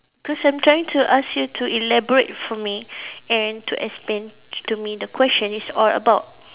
cause I'm trying to ask you to elaborate for me and to explain to me the question is all about